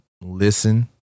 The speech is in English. listen